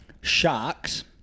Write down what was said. Sharks